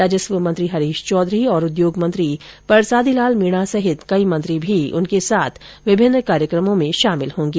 राजस्व मंत्री हरीश चौधरी और उद्योग मंत्री परसादीलाल मीणा सहित कई मंत्री भी उनके साथ विभिन्न कार्यक्रमों में शामिल होंगे